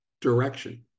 direction